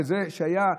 שהיה,